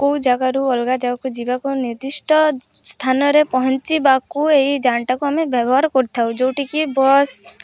କେଉଁ ଜାଗାରୁ ଅଲଗା ଜାଗାକୁ ଯିବାକୁ ନିର୍ଦ୍ଦିଷ୍ଟ ସ୍ଥାନରେ ପହଞ୍ଚିିବାକୁ ଏଇ ଯାନଟାକୁ ଆମେ ବ୍ୟବହାର କରିଥାଉ ଯେଉଁଠିକି ବସ୍